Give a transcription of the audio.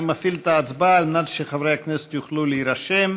אני מפעיל את ההצבעה על מנת שחברי הכנסת יוכלו להירשם.